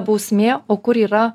bausmė o kur yra